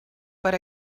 per